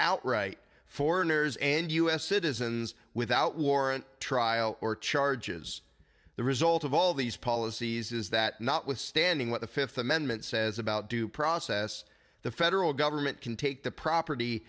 outright foreigners and u s citizens without warrant trial or charges the result of all these policies is that notwithstanding what the fifth amendment says about due process the federal government can take the property